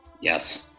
Yes